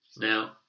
now